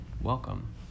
welcome